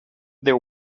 there